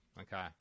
Okay